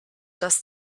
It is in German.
das